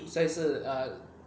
所以是 err